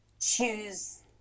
choose